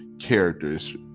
Characters